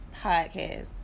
podcast